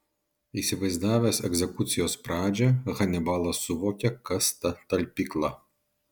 įsivaizdavęs egzekucijos pradžią hanibalas suvokė kas ta talpykla